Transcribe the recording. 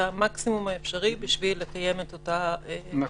המקסימום האפשרי בשביל לקיים את אותה התייעצות,